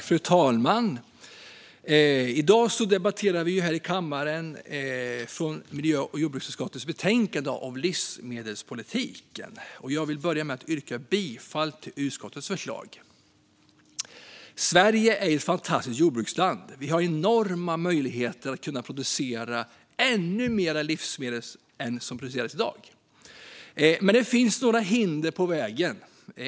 Fru talman! I dag debatterar vi här i kammaren miljö och jordbruksutskottets betänkande om livsmedelspolitik. Jag vill börja med att yrka bifall till utskottets förslag. Sverige är ett fantastiskt jordbruksland. Vi har enorma möjligheter att producera ännu mer livsmedel än vad som produceras i dag. Men det finns några hinder på vägen.